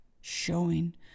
showing